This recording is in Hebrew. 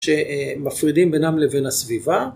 שמפרידים בינם לבין הסביבה.